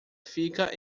fica